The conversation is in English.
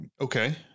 okay